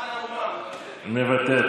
למען האומה, מוותר.